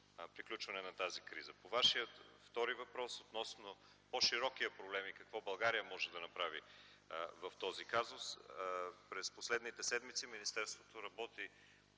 приключване на тази криза. По Вашия втори въпрос относно по-широкия проблем и какво България може да направи в този казус – през последните седмици министерството работи